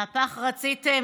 מהפך רציתם,